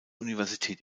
universität